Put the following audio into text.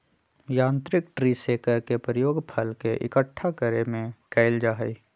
यांत्रिक tree shaker के प्रयोग फल के इक्कठा करे में कइल जाहई